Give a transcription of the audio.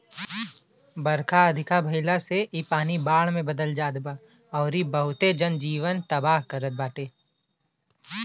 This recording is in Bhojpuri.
बरखा अधिका भयला से इ पानी बाढ़ में बदल जात बा अउरी बहुते जन जीवन तबाह करत बाटे